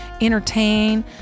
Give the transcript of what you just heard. entertain